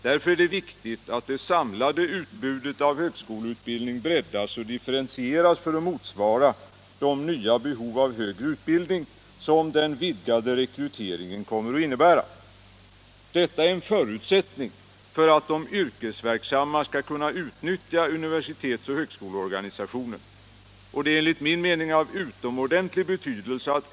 Därför är det viktigt att det samlade utbudet av högskoleutbildning breddas och differentieras för att motsvara de nya behov av högre utbildning som den vidgade rekryteringen kommer att innebära. Detta är en förutsättning för att de yrkesverksamma skall kunna utnyttja universitets och högskoleorganisationen. Det är enligt min mening av utomordentlig betydelse.